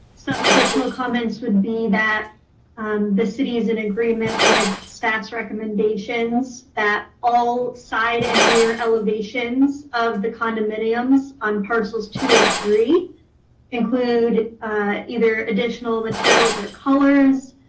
some visual comments would be that the city is in agreement with staff's recommendations that all side and rear elevations of the condominiums on parcels two and three include either additional materials or colors,